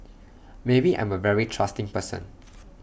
maybe I'm A very trusting person